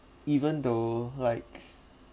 even though like